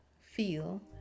feel